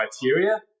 criteria